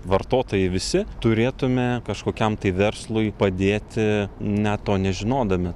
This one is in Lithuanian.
vartotojai visi turėtume kažkokiam tai verslui padėti net to nežinodami